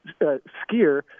skier